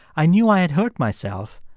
i knew i had hurt myself,